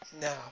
now